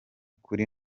kuri